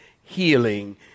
healing